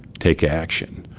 take action,